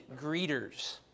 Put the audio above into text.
greeters